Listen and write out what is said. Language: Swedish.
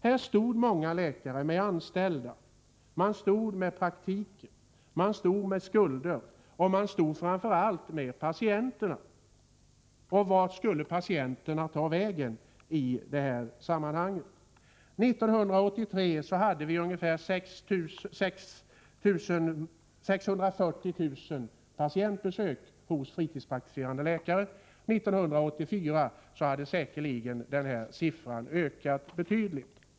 Här stod många läkare med anställda, med praktik, med skulder och med framför allt patienterna. Vart skulle patienterna ta vägen i detta sammanhang? 1983 hade de fritidspraktiserande läkarna ungefär 640 000 patientbesök. 1984 hade säkerligen antalet ökat betydligt.